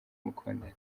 mukundana